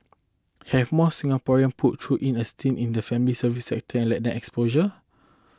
have more Singaporean put through in a stint in the family service sector let them exposure